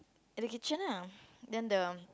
at the kitchen lah then the